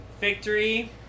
Victory